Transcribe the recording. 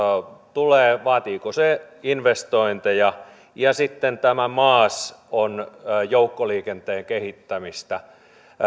tulee vaatiiko se investointeja sitten maas on joukkoliikenteen kehittämistä